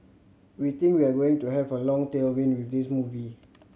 we think we are going to have a long tailwind with this movie